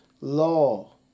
law